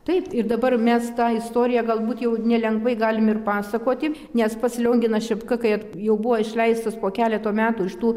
taip ir dabar mes tą istoriją galbūt jau nelengvai galim ir pasakoti nes pats lionginas šepka kai jap jau buvo išleistas po keleto metų iš tų